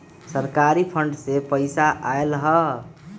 सरकारी फंड से पईसा आयल ह?